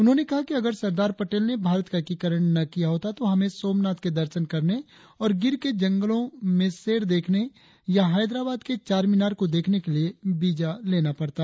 उन्होंने कहा कि अगर सरदार पटेल ने भारत का एकीकरण न किया होता तो हमें सोमनाथ के दर्शन करने और गिर के जंगलों में शेर देखने या हैदराबाद के चार मीनार को देखने के लिए वीजा लेना पड़ता